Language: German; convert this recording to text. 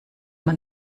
man